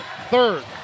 third